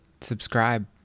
subscribe